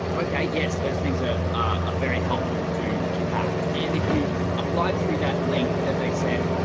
okay, yes, those things are are very helpful to to have and if you applied through that link that they said,